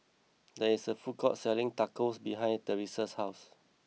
there is a food court selling Tacos behind Teressa's house